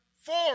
four